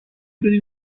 دونی